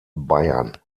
bayern